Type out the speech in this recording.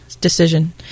decision